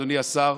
אדוני השר,